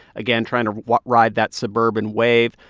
again, trying to what ride that suburban wave.